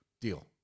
deal